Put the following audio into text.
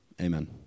Amen